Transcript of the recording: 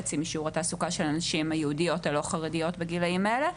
בחצי משיעור התעסוקה של נשים יהודיות ולא חרדיות בגילאים האלה.